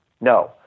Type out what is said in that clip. No